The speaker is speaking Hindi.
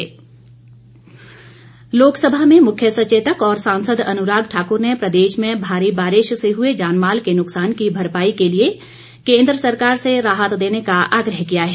अनुराग ठाकूर लोक सभा में मुख्य सचेतक और सांसद अनुराग ठाकुर ने प्रदेश में भारी बारिश से हुए जानमाल के नुक्सान की भरपाई के लिए केंद्र सरकार से राहत देने का आग्रह किया है